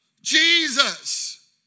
Jesus